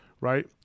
right